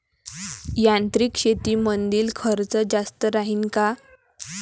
यांत्रिक शेतीमंदील खर्च जास्त राहीन का?